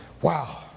Wow